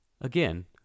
again